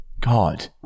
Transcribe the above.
God